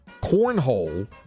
Cornhole